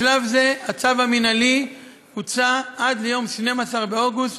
בשלב הזה הצו המינהלי הוצא עד ליום 12 באוגוסט,